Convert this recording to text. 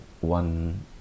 one